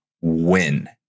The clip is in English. win